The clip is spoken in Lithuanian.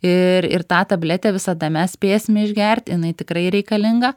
ir ir tą tabletę visada mes spėsime išgerti jinai tikrai reikalinga